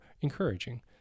encouraging